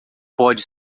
pode